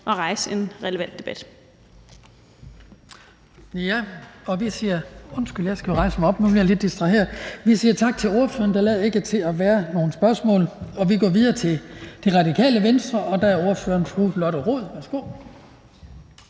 at rejse en relevant debat.